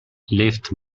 lift